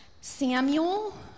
Samuel